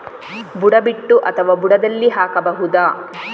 ಬುಡ ಬಿಟ್ಟು ಅಥವಾ ಬುಡದಲ್ಲಿ ಹಾಕಬಹುದಾ?